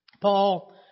Paul